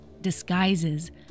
disguises